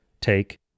take